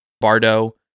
Bardo